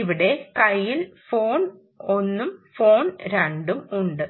ഇവിടെ കൈയ്യിൽ ഫോൺ ഒന്നും ഫോൺ രണ്ടും ഉണ്ട്